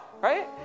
right